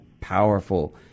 powerful